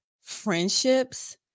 friendships